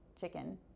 chicken